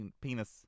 Penis